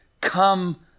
come